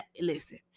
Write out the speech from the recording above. Listen